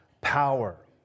power